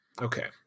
okay